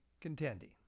contending